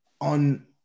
on